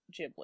Ghibli